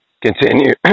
Continue